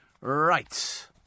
Right